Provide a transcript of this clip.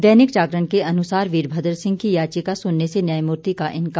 दैनिक जागरण के अनुसार वीरभद्र सिंह की याचिका सुनने से न्यायमूर्ति का इंकार